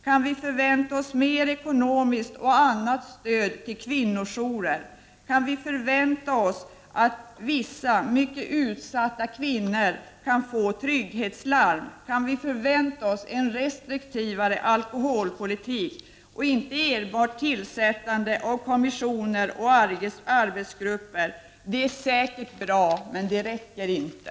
Kan vi förvänta oss mer ekonomiskt och annat stöd till kvinnojourer? Kan vi förvänta oss att vissa, mycket utsatta kvinnor kan få trygghetslarm? Kan vi förvänta oss en restriktivare alkoholpolitik och inte enbart tillsättande av kommissioner och arbetsgrupper? Det är säkert bra, men det räcker inte.